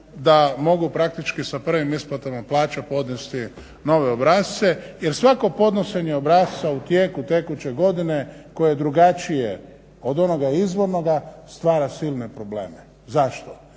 da mogu praktički sa prvim isplatama plaća podnesti nove obrasce jer svako podnošenje obrasca u tijeku tekuće godine koje je drugačije od onoga izvornoga stvara silne probleme. Zašto,